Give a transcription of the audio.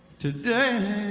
today.